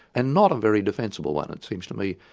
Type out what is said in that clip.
and not a very defensible one, it seems to me,